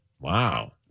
Wow